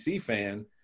fan